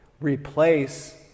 replace